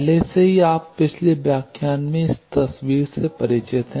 पहले से ही आप पिछले व्याख्यान में इस तस्वीर से परिचित हैं